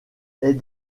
est